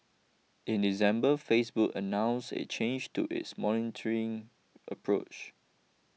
in December Facebook announce a change to its monitoring approach